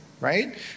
right